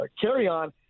carry-on